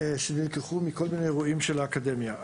שנלקחו מכל מיני אירועים של האקדמיה.